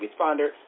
responder